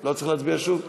לא צריך להצביע שוב?